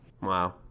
Wow